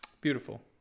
beautiful